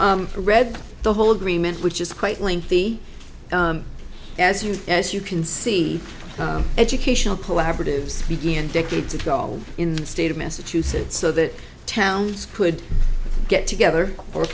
you read the whole agreement which is quite lengthy as you as you can see educational collaboratives began decades ago in the state of massachusetts so that towns could get together or